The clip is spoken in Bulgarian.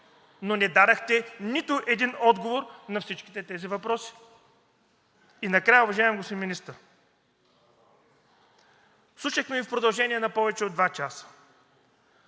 и не дадохте нито един отговор на всичките тези въпроси. Накрая, уважаеми господин Министър, слушахме Ви в продължение на повече от два часа.